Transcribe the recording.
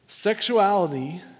Sexuality